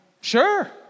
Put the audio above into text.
sure